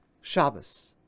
Shabbos